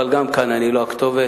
אבל גם כאן אני לא הכתובת.